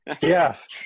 Yes